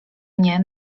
mnie